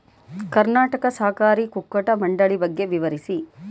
ಕರ್ನಾಟಕ ಸಹಕಾರಿ ಕುಕ್ಕಟ ಮಂಡಳಿ ಬಗ್ಗೆ ವಿವರಿಸಿ?